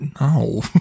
No